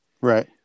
Right